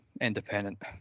independent